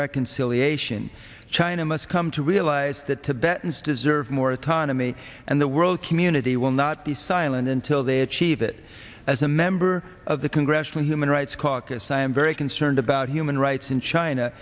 reconciliation china must come to realize that tibetans deserve more autonomy and the world community will not be silent until they achieve it as a member of the congressional human rights caucus i am very concerned about human rights in china